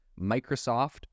Microsoft